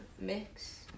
mix